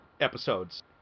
episodes